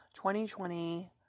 2020